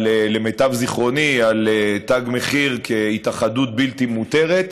למיטב זיכרוני, על תג מחיר כהתאחדות בלתי מותרת.